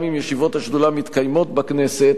גם אם ישיבות השדולה מתקיימות בכנסת,